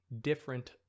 different